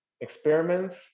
Experiments